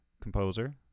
composer